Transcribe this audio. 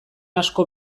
asko